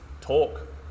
Talk